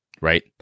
Right